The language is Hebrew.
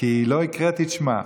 כי לא הקראתי את שמה.